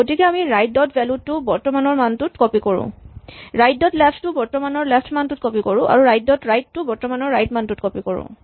গতিকে আমি right dot value টো বৰ্তমানৰ মানটোত কপি কৰোঁ ৰাইট ডট লেফ্ট টো বৰ্তমানৰ লেফ্ট মানটোত কপি কৰোঁ আৰু ৰাইট ডট ৰাইট টো বৰ্তমানৰ ৰাইট মানটোত কপি কৰোঁ